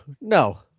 no